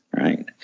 Right